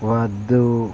వద్దు